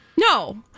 No